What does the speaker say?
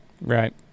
Right